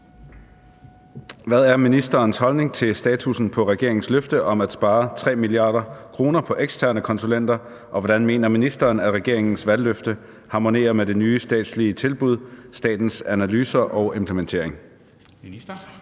Hvad er ministerens holdning til statussen på regeringens løfte om at spare 3 mia. kr. på eksterne konsulenter, og hvordan mener ministeren at regeringens valgløfte harmonerer med det nye statslige tilbud Statens Analyser og Implementering?